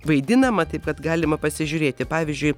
vaidinama taip kad galima pasižiūrėti pavyzdžiui